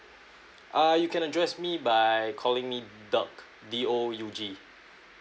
uh you can address me by calling me doug D O U G